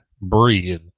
breathe